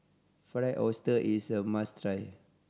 Fried Oyster is a must try